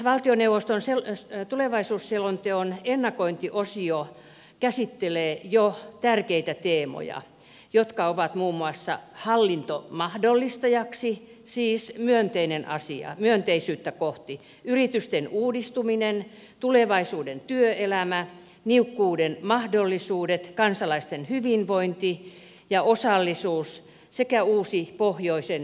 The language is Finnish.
valtioneuvoston tulevaisuusselonteon ennakointiosio käsittelee jo tärkeitä teemoja jotka ovat muun muassa hallinto mahdollistajaksi siis myönteinen asia myönteisyyttä kohti yritysten uudistuminen tulevaisuuden työelämä niukkuuden mahdollisuudet kansalaisten hyvinvointi ja osallisuus sekä uusi pohjoisen maantiede